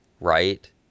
right